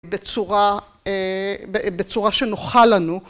בצורה, בצורה שנוחה לנו.